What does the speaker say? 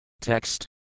Text